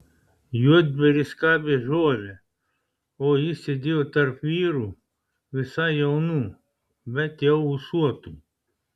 juodbėris skabė žolę o jis sėdėjo tarp vyrų visai jaunų bet jau ūsuotų